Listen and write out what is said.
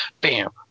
bam